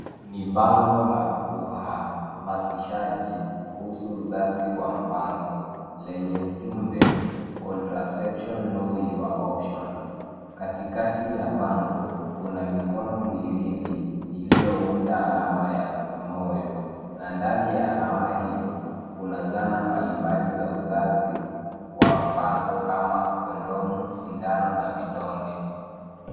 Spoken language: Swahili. Ni bango la uhamasishaji kuhusu uzazi wa mpango lenye ujumbe: Contraception, Know Your Options . Katikati ya bango, kuna mikono miwili iliyounda alama ya moyo. Na ndani ya alama hiyo, kuna zana mbalimbali za uzazi wa mpango kama kondomu, sindano na vidonge.